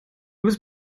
was